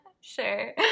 Sure